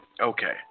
Okay